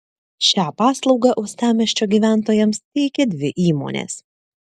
šią paslaugą uostamiesčio gyventojams teikia dvi įmonės